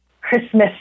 Christmas